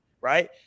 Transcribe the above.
Right